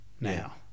now